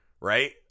right